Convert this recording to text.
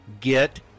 get